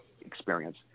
experience